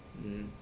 mmhmm